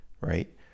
right